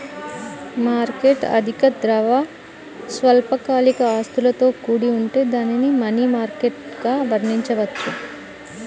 market అధిక ద్రవ, స్వల్పకాలిక ఆస్తులతో కూడి ఉంటే దానిని మనీ మార్కెట్గా వర్ణించవచ్చు